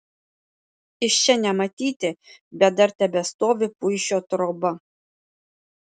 iš čia nematyti bet dar tebestovi puišio troba